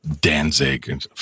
Danzig